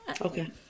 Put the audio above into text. okay